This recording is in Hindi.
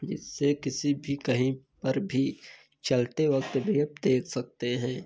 जिससे किसी भी कहीं पर भी चलते वक्त भी हम देख सकते हैं